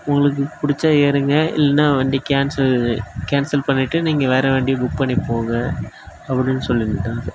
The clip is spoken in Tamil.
உங்களுக்கு பிடிச்சா ஏறுங்க இல்லலைனா வண்டி கேன்சல் கேன்சல் பண்ணிட்டு நீங்கள் வேற வண்டி புக் பண்ணி போங்க அப்படினு சொல்லிருந்தார்